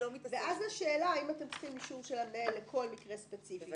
ואז השאלה היא האם אתם צריכים אישור של המנהל לכל מקרה ספציפי כזה.